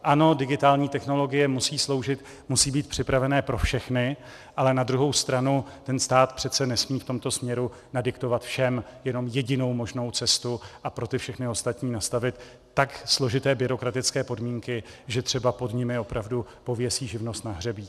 Ano, digitální technologie musí sloužit, musí být připraveny pro všechny, ale na druhou stranu stát přece nesmí v tomto směru nadiktovat všem jenom jedinou možnou cestu a pro všechny ostatní nastavit tak složité byrokratické podmínky, že třeba pod nimi opravdu pověsí živnost na hřebík.